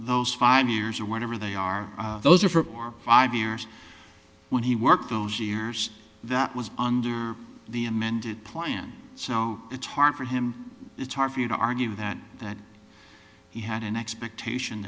those five years or whatever they are those are for five years when he worked those years that was under the amended plan so it's hard for him it's hard for you to argue that that he had an expectation